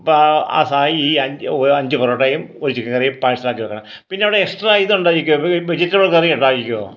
അപ്പോൾ ആ സാധനം ഈ അഞ്ച് അഞ്ച് പൊറോട്ടയും ഒരു ചിക്കൻ കറിയും പാഴ്സലാക്കി വയ്ക്കണം പിന്നെ അവിടെ എക്സ്ട്രാ ഇതുണ്ടായിരിക്കുമോ വെജിറ്റബിൾ കറി ഉണ്ടായിരിക്കുമോ